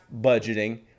budgeting